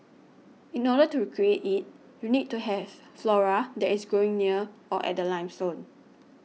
in order to create it you need to have flora that is growing near or at the limestone